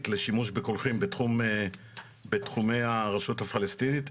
לשימוש בקולחים בתחומי הרשות הפלסטינית,